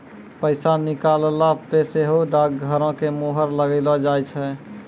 पैसा निकालला पे सेहो डाकघरो के मुहर लगैलो जाय छै